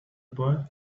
boy